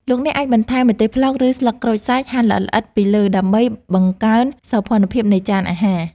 លោកអ្នកអាចបន្ថែមម្ទេសប្លោកឬស្លឹកក្រូចសើចហាន់ល្អិតៗពីលើដើម្បីបង្កើនសោភ័ណភាពនៃចានអាហារ។